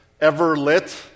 ever-lit